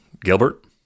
Gilbert